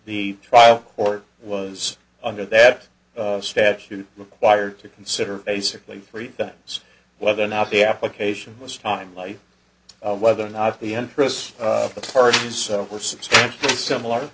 the trial or was under that statute required to consider basically three times whether or not the application was timely whether or not the interests of the parties so were substantially similar